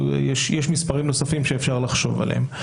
יש מספרים נוספים שאפשר לחשוב עליהם.